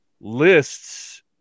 lists